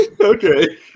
Okay